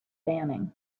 banning